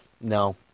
No